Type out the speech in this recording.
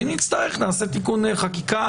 ואם נצטרך נעשה תיקון חקיקה.